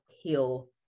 heal